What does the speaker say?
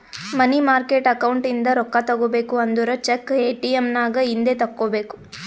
ಮನಿ market account ಇಂದ ರೊಕ್ಕಾ ತಗೋಬೇಕು ಅಂದುರ್ ಚೆಕ್, ಎ.ಟಿ.ಎಮ್ ನಾಗ್ ಇಂದೆ ತೆಕ್ಕೋಬೇಕ್